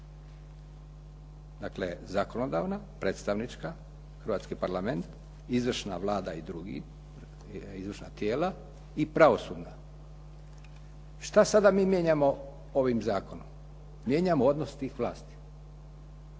Dakle, zakonodavna, predstavnička, Hrvatski parlament, izvršna Vlada i drugi, izvršna tijela i pravosudna. Šta sada mi mijenjamo ovim zakonom? Mijenjamo ovlast tih vlasti.